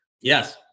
Yes